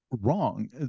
wrong